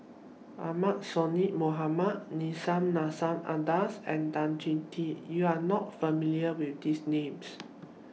Ahmad Sonhadji Mohamad Nissim Nassim Adis and Tan Choh Tee YOU Are not familiar with These Names